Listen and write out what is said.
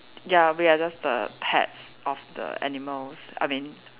ya we are just the pets of the animals I mean